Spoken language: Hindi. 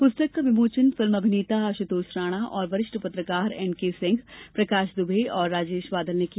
पुस्तक का विमोचन फिल्म अभिनेता आशुतोष राणा और वरिष्ठ पत्रकार एनकेसिंह प्रकाश दुबे तथा राजेश बादल ने किया